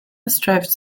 strives